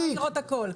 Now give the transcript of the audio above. ניתן לראות הכול,